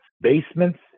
basements